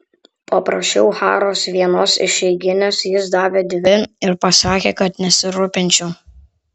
paprašiau haros vienos išeiginės jis davė dvi ir pasakė kad nesirūpinčiau